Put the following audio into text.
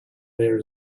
there